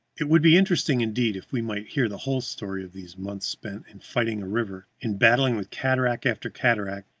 it would be interesting indeed if we might hear the whole story of these months spent in fighting a river, in battling with cataract after cataract,